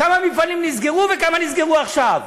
כמה מפעלים נסגרו וכמה נסגרו עכשיו,